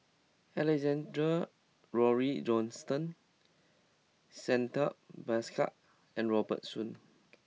Alexander Laurie Johnston Santha Bhaskar and Robert Soon